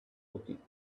working